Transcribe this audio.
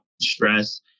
stress